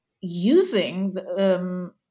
using –